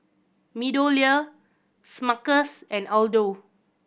MeadowLea Smuckers and Aldo